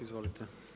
Izvolite.